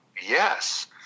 Yes